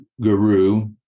guru